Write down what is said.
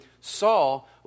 Saul